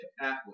athlete